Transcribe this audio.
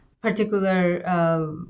particular